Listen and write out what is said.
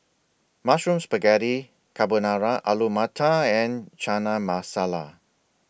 Mushroom Spaghetti Carbonara Alu Matar and Chana Masala